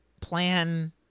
plan